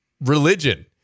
religion